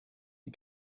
die